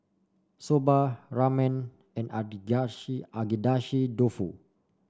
Soba Ramen and Agedashi Dofu